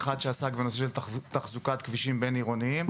אחד שעסק בנושא של תחזוקת כבישים בין-עירוניים,